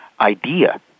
idea